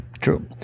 true